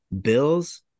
Bills